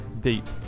deep